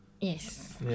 yes